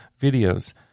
videos